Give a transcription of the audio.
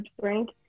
drink